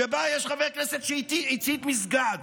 שבה יש חבר כנסת שהצית מסגד,